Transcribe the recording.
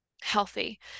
healthy